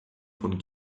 von